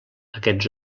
aquests